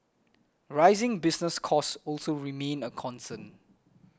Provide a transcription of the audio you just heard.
rising business costs also remain a concern